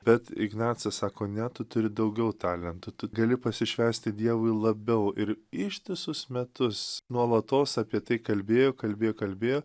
bet ignacas sako net tu turi daugiau talentų tu gali pasišvęsti dievui labiau ir ištisus metus nuolatos apie tai kalbėjo kalbėjo kalbėjo